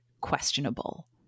questionable